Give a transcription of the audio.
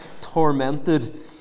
tormented